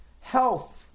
health